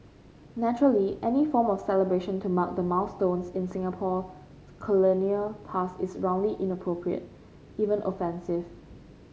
naturally any form of celebration to mark the milestones in Singapore colonial past is roundly inappropriate even offensive